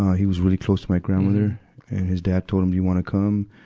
he was really close to my grandmother. and his dad told him you wanna come.